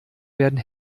werden